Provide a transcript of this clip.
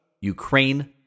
Ukraine